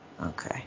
Okay